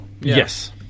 Yes